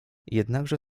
jednakże